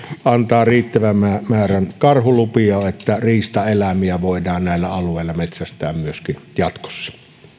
antaa riittävän määrän karhulupia että riistaeläimiä voidaan näillä alueilla metsästää myöskin jatkossa